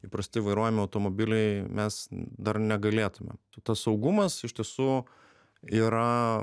įprastai vairuojami automobiliai mes dar negalėtumėm tai tas saugumas iš tiesų yra